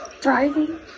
Driving